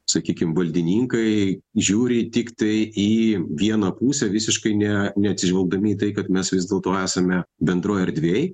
sakykim valdininkai žiūri tiktai į vieną pusę visiškai ne neatsižvelgdami į tai kad mes vis dėlto esame bendroj erdvėj